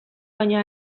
baino